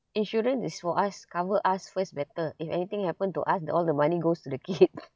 insurance is for us cover us first better if anything happen to us the all the money goes to the kid